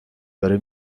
داره